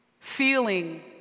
feeling